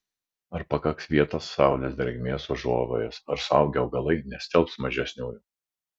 ar pakaks vietos saulės drėgmės užuovėjos ar suaugę augalai nestelbs mažesniųjų